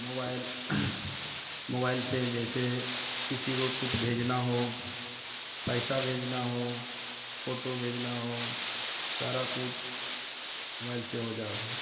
mobile mobile से जैसे किसी को कुछ भेजना हो पैसा भेजना हो फोटो भेजना हो सारा कुछ मोबाइल से हो जा रहा है